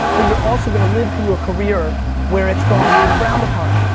but you're also gonna live through a career where it's going to be frowned upon.